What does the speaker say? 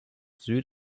sud